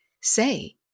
say